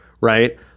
Right